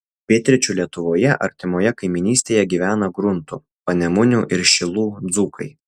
pietryčių lietuvoje artimoje kaimynystėje gyvena gruntų panemunių ir šilų dzūkai